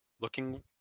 looking